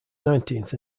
nineteenth